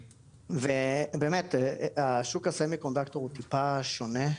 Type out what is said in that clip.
באמת השוק של ה-Semiconductor הוא טיפה שונה,